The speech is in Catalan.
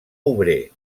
obrer